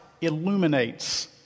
illuminates